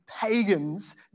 pagans